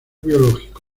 biológico